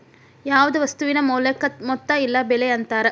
ಯಾವ್ದ್ ವಸ್ತುವಿನ ಮೌಲ್ಯಕ್ಕ ಮೊತ್ತ ಇಲ್ಲ ಬೆಲೆ ಅಂತಾರ